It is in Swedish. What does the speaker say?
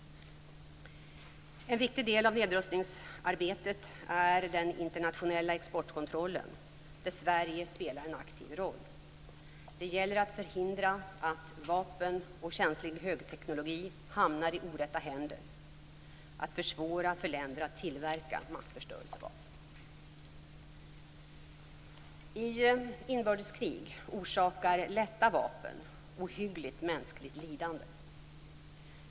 En viktigt del av nedrustningsarbetet är den internationella exportkontrollen, där Sverige spelar en aktiv roll. Det gäller att förhindra att vapen och känslig högteknologi hamnar i orätta händer - att försvåra för länder att tillverka massförstörelsevapen. I inbördeskrig orsakar lätta vapen ohyggligt mänskligt lidande.